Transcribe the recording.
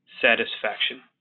satisfaction